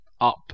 up